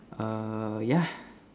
err yeah